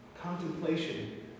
contemplation